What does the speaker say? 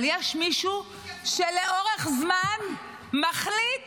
אבל יש מישהו שלאורך זמן מחליט